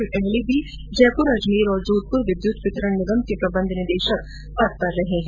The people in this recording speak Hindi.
वे पहले भी जयपुर अजमेर और जोधपुर विद्युत वितरण निगम के प्रबंध निदेशक पद पर रहे है